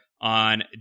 on